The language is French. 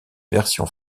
version